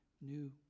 new